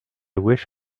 wish